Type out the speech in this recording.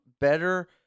better